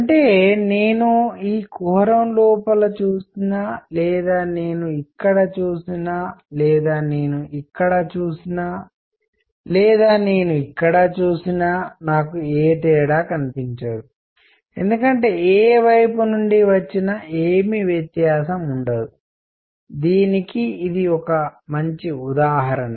అంటే నేను ఈ కుహరం లోపల చూసినా లేదా నేను ఇక్కడ చూసినా లేదా నేను ఇక్కడ చూసినా లేదా నేను ఇక్కడ చూసినా నాకు ఏ తేడా కనిపించదు ఎందుకంటే ఏ వైపు నుండి వచ్చినా ఏమి వ్యత్యాసం ఉండదు దీనికి ఇది ఒక మంచి ఉదాహరణ